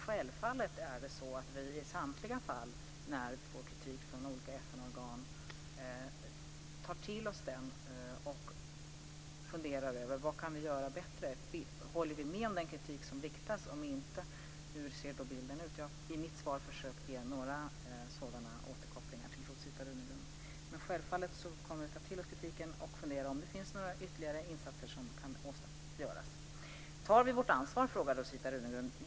Självfallet är det så att vi i samtliga fall när vi får kritik från olika FN-organ tar till oss denna och funderar över vad vi kan göra bättre. Håller vi med om den kritik som riktas? Och om inte: hur ser bilden då ut? Jag har i mitt svar försökt ge några sådana återkopplingar till Rosita Runegrund. Självfallet kommer vi att ta till oss kritiken och fundera på om det finns några ytterligare insatser som kan göras. Tar vi vårt ansvar? frågar Rosita Runegrund.